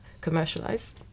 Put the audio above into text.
commercialize